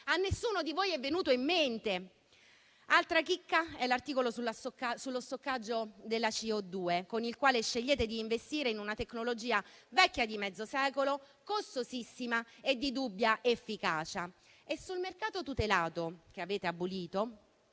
a nessuno di voi è venuto in mente. Altra chicca è l'articolo sullo stoccaggio di CO2, con il quale scegliete di investire in una tecnologia vecchia di mezzo secolo, costosissima e di dubbia efficacia. Sul mercato tutelato che avete abolito,